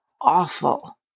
awful